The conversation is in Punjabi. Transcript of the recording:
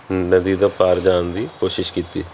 ਨਦੀ ਤੋਂ ਪਾਰ ਜਾਣ ਦੀ ਕੋਸ਼ਿਸ਼ ਕੀਤੀ